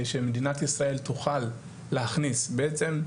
שמדינת ישראל תוכל להכניס בעצם,